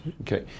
Okay